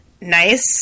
nice